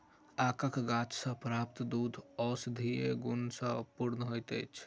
आकक गाछ सॅ प्राप्त दूध औषधीय गुण सॅ पूर्ण होइत छै